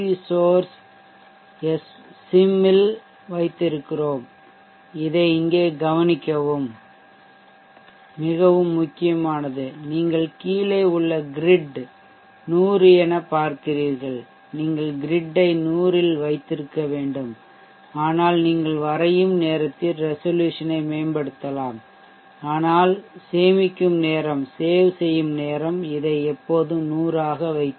source sym இல் வைத்திருக்கிறோம் இதை இங்கே கவனிக்கவும் மிகவும் முக்கியமானது நீங்கள் கீழே உள்ள க்ரிட் கட்டம் 100 என பார்க்கிறீர்கள் நீங்கள் க்ரிட் ஐ 100 இல் வைத்திருக்க வேண்டும் ஆனால் நீங்கள் வரையும் நேரத்தில் ரெசல்யூசனை மேம்படுத்தலாம் ஆனால் save செய்யவும் நேரம் இதை எப்போதும் 100 ஆக வைக்கவும்